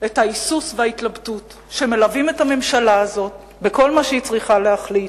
את ההיסוס וההתלבטות שמלווים את הממשלה הזאת בכל מה שהיא צריכה להחליט,